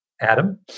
Adam